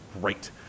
great